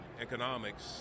economics